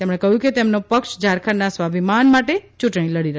તેમણે કહ્યું કે તેમનો પક્ષ ઝારખંડના સ્વાભિમાન માટે યૂંટણી લડી રહ્યો છે